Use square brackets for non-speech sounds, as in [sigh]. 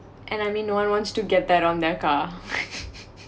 and I mean no one wants to get that on their car [laughs]